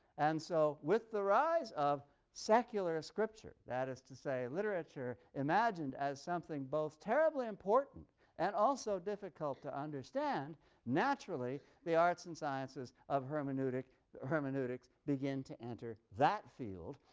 and so with the rise of secular scripture that is to say, literature imagined as something both terribly important and also difficult to understand naturally the arts and sciences of hermeneutics hermeneutics begin to enter that field.